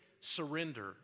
surrender